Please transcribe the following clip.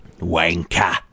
Wanker